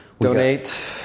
Donate